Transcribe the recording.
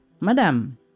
Madam